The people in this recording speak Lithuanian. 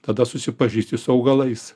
tada susipažįsti su augalais